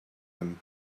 him